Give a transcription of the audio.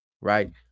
Right